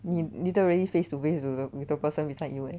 你 literally face to face to with the person beside you eh